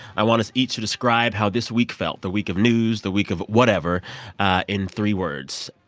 i want us each to describe how this week felt the week of news, the week of whatever in three words.